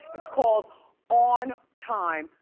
it's called on time,